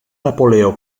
napoleó